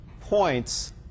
points